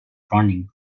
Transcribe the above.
running